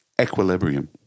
Equilibrium